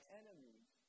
enemies